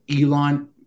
elon